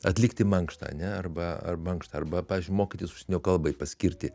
atlikti mankštą ane arba ar mankštą arba pavyzdžiui mokytis užsienio kalbai paskirti